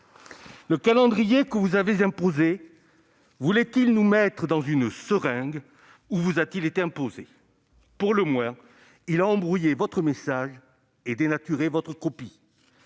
Le calendrier que vous avez imposé voulait-il nous mettre dans une seringue ou vous a-t-il été imposé ? Pour le moins, il a embrouillé votre message et dénaturé votre copie.